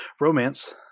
romance